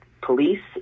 police